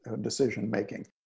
decision-making